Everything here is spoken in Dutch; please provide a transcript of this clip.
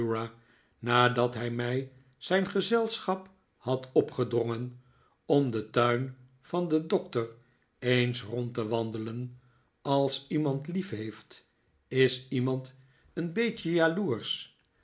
nadat hij mij zijn gezelschap had opgedrongen om den tuin van den doctor eens rond te wandelen als iemand liefheeft is iemand een beetje jaloersch